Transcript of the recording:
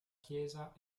chiesa